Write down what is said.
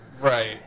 right